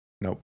Nope